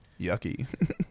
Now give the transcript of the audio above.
Yucky